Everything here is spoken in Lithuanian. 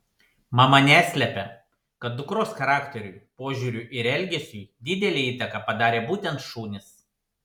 mama neslepia kad dukros charakteriui požiūriui ir elgesiui didelę įtaką padarė būtent šunys